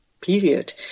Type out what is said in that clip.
period